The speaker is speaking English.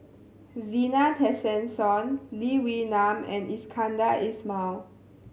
Zena Tessensohn Lee Wee Nam and Iskandar Ismail